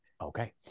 Okay